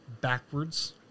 backwards